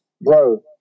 bro